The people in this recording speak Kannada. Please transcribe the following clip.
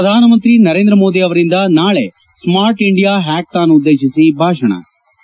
ಪ್ರಧಾನಮಂತ್ರಿ ನರೇಂದ್ರ ಮೋದಿ ಅವರಿಂದ ನಾಳಿ ಸ್ಮಾರ್ಟ್ ಇಂಡಿಯಾ ಹ್ಯಾಕಥಾನ್ ಉದ್ದೇಶಿಸಿ ಭಾಷಣ ಳ